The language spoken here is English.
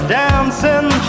dancing